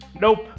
Nope